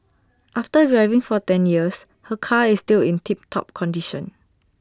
after driving for ten years her car is still in tip top condition